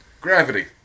Gravity